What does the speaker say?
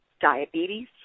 diabetes